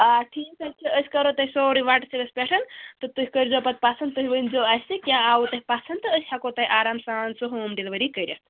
آ ٹھیٖک حظ چھِ أسۍ کرو تۄہہِ سورُے وٹسایپَس پٮ۪ٹھ تہِ تُہۍ کٔرۍ زیو پَتہٕ پسنٛد تُہۍ ؤنۍ زیو اَسہِ کیاہ آوٗ تۄہہِ پسنٛد تہٕ أسۍ ہٮ۪کو تۄہہِ آرام سان سُہ ہوم ڈِلؤری کٔرِتھ